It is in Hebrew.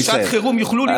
בשעת חירום יוכלו להיות,